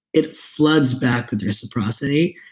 it floods back with reciprocity.